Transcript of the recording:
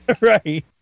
Right